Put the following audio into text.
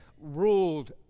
ruled